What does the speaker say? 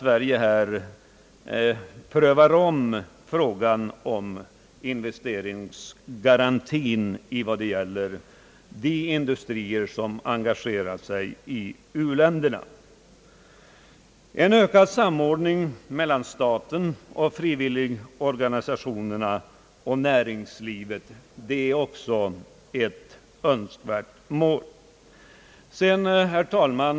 Sverige bör därför ompröva frågan om investeringsgarantin för de industrier som engagerat sig i u-län derna. En ökad samordning mellan staten, = frivilligorganisationerna och näringslivet är också ett önskvärt mål. Herr talman!